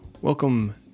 Welcome